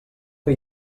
que